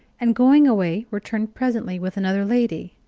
and going away returned presently with another lady.